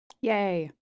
Yay